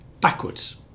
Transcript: backwards